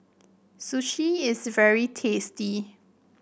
sushi is very tasty